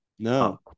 No